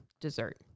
dessert